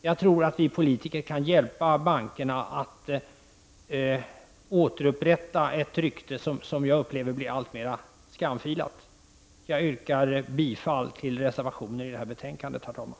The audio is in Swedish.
Jag tror att vi politiker kan hjälpa bankerna att återupprätta ett rykte som blir alltmera skamfilat. Jag yrkar bifall till reservationen till detta betänkande, herr talman.